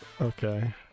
okay